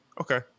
okay